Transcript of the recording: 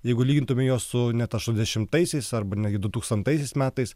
jeigu lygintume juos su net aštuoniasdešimtaisiais arba netgi dutūkstantaisiais metais